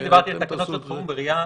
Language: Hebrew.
אני דיברתי על תקנות שעת חירום בראייה